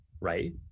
Right